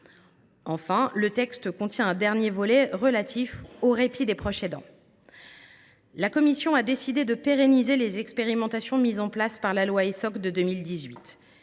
Enfin, le texte contient un dernier volet, relatif au répit des proches aidants. La commission a décidé de pérenniser les expérimentations mises en place par la loi du 10 août 2018